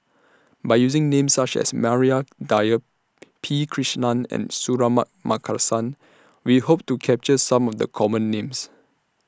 By using Names such as Maria Dyer P Krishnan and Suratman Markasan We Hope to capture Some of The Common Names